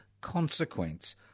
consequence